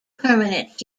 permanent